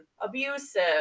abusive